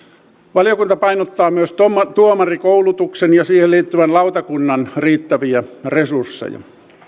valiokunta painottaa myös tuomarikoulutuksen ja siihen liittyvän lautakunnan riittäviä resursseja